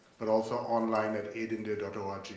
but also online at aid endear dot org.